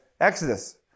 Exodus